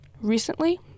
Recently